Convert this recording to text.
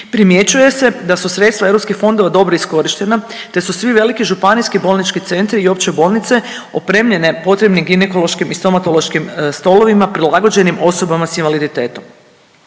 Primjećuje se da su sredstva europskih fondova dobro iskorištena te su svi veliki županijski bolnički centri i opće bolnice opremljene potrebnim ginekološkim i stomatološkim stolovima prilagođenim osobama s invaliditetom.